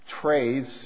Trays